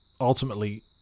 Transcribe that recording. ultimately